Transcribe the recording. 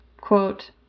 Quote